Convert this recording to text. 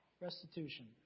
Restitution